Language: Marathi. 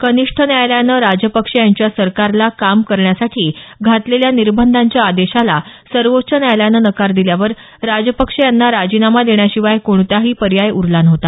कनिष्ठ न्यायालयानं राजपक्षे यांच्या सरकारला काम करण्यासाठी घातलेल्या निर्बंधाच्या आदेशाला सर्वोच्च न्यायालयानं नकार दिल्यावर राजपक्षे यांना राजिनामा देण्याशिवाय कोणताही पर्याय उरला नव्हता